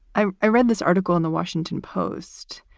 i i read this article in the washington post